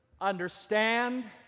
understand